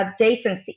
adjacency